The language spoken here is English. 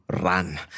run